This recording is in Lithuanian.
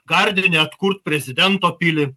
gardine atkurt prezidento pilį